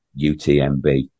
utmb